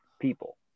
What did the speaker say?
people